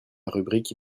rubrique